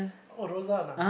oh Rozan ah